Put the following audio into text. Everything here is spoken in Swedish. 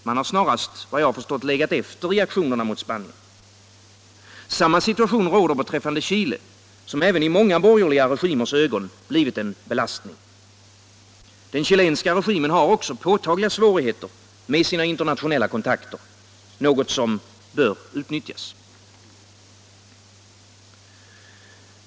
Man har snarare, vad jag förstått, legat efter i aktionen mot Spanien. Samma situation råder beträffande Chile, som även i många borgerliga regimers ögon blivit en belastning. Den chilenska regimen har också påtagliga svårigheter med sina internationella kontakter, något som bör utnyttjas.